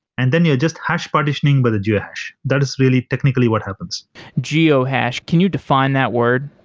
and then you're just hash partitioning by the geohash. that is really technically what happens geohash. can you define that word?